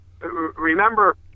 remember